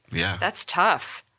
yeah. that's tough.